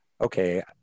okay